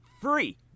free